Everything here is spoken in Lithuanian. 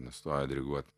nustojo diriguot